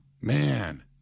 Man